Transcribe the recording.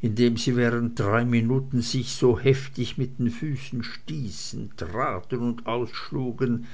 in dem sie während drei minuten sich so heftig mit den füßen stießen traten und ausschlugen